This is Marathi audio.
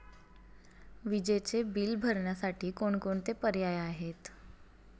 विजेचे बिल भरण्यासाठी कोणकोणते पर्याय आहेत?